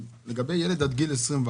לגבי ילד עד גיל 21